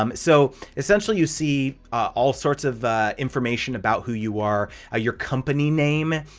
um so essentially you see all sorts of information about who you are, ah your company name.